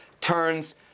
turns